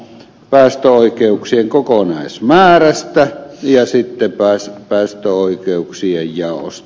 päästöoikeuksien kokonaismäärästä ja päästöoikeuksien jaosta